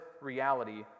reality